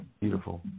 Beautiful